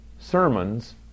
sermons